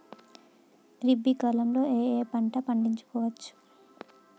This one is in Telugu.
రబీ కాలంలో ఏ ఏ పంట పండించచ్చు?